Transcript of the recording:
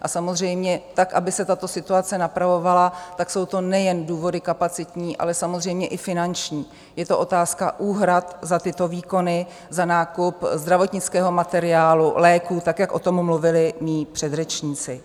A samozřejmě tak aby se tato situace napravovala, tak jsou to nejen důvody kapacitní, ale samozřejmě i finanční, je to otázka úhrad za tyto výkony, za nákup zdravotnického materiálu, léků, tak jak o tom mluvili mí předřečníci.